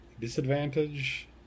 disadvantage